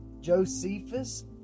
Josephus